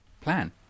plan